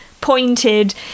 pointed